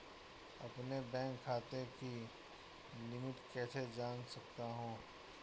अपने बैंक खाते की लिमिट कैसे जान सकता हूं?